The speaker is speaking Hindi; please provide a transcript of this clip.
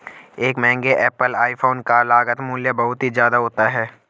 एक महंगे एप्पल आईफोन का लागत मूल्य बहुत ही ज्यादा होता है